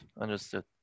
understood